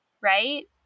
right